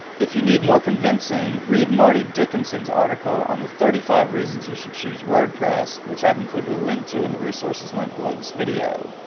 if you need more convincing read marty dickinson's article on the thirty five reasons you should use wordpress which i have included a link to in the resources link below this video.